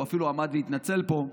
הוא אפילו עמד להתנצל פה.